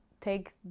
take